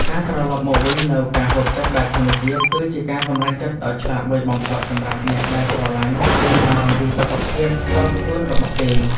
ការត្រឡប់មកវិញនូវការហូបចុកបែបធម្មជាតិ គឺជាការសម្រេចចិត្តដ៏ឆ្លាតវៃបំផុតសម្រាប់អ្នកដែលស្រលាញ់និងបារម្ភពីសុខភាពផ្ទាល់ខ្លួនរបស់គេ។